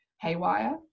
haywire